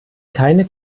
keine